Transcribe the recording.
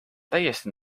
täiesti